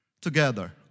together